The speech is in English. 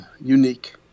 unique